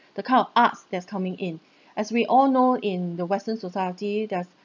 the kind of arts that's coming in as we all know in the western society there's